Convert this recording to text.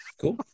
cool